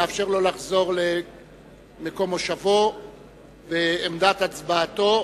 נאפשר לו לחזור למקום מושבו ועמדת הצבעתו.